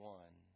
one